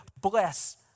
bless